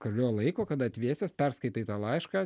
kurio laiko kada atvėsęs perskaitai tą laišką